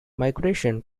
migration